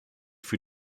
für